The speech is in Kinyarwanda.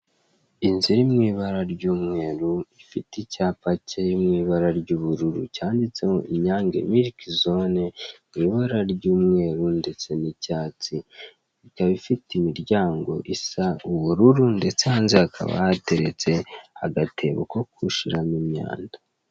Inzira iri mu ibara ry'umweru, ifite icyapa kiri mu ibara ry'ubururu cyanditseho INYANGE MILK ZONE biri mu ibara ry'umweru ndetse n'icyatsi, ikaba ifite imiryango isa ubururu ndetse hanze hakaba hateretse agatebo ko gushyiramo imyanda.